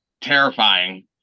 terrifying